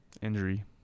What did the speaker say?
Injury